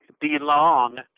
belong